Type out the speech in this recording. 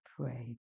pray